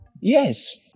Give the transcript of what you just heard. Yes